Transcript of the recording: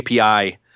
API